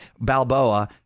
Balboa